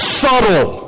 subtle